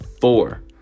Four